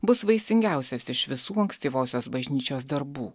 bus vaisingiausias iš visų ankstyvosios bažnyčios darbų